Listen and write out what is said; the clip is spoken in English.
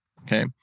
Okay